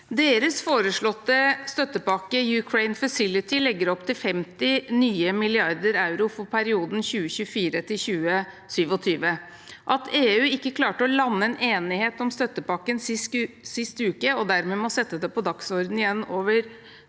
Deres foreslåtte støttepakke, «Ukraine Facility», legger opp til 50 nye milliarder euro for perioden 2024 til 2027. At EU ikke klarte å lande en enighet om støttepakken sist uke og dermed må sette det på dagsordenen igjen over